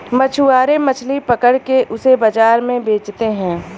मछुआरे मछली पकड़ के उसे बाजार में बेचते है